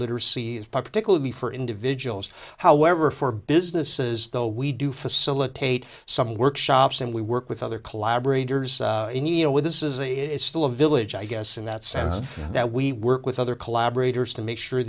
literacy is particularly for individuals however for businesses though we do facilitate some workshops and we work with other collaborators in you know where this is a it is still a village i guess in that sense that we work with other collaborators to make sure